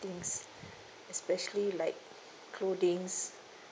things especially like clothings